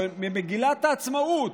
ממגילת העצמאות,